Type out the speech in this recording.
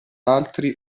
altri